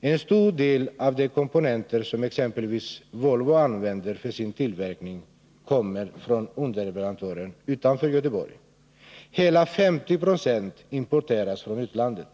En stor del av de komponenter som exempelvis Volvo använder för sin tillverkning kommer från underleverantörer utanför Göteborg. Hela 50 96 importeras från utlandet.